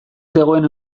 zegoen